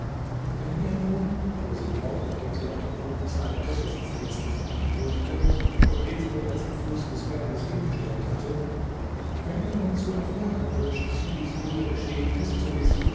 wenn ihr nun fuhr sie fort indem sie auf den krug zeigte dessen sie jetzt nicht mehr bedurfte und den sie bereits am fuße des berges hingestellt hatte wenn ihr nun zu erfahren wünscht wie dies wunder geschehen ist so